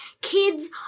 kids